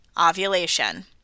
ovulation